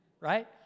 right